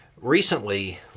recently